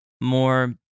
more